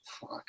Fuck